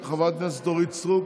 חברת הכנסת אורית סטרוק,